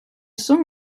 song